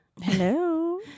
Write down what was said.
Hello